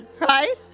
Right